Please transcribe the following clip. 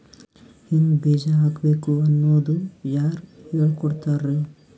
ಹಿಂಗ್ ಬೀಜ ಹಾಕ್ಬೇಕು ಅನ್ನೋದು ಯಾರ್ ಹೇಳ್ಕೊಡ್ತಾರಿ?